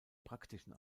praktischen